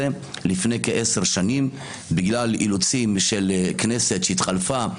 לפני כעשר שנים בגלל אילוצים של כנסת שהתחלפה,